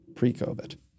Pre-COVID